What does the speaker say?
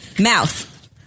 Mouth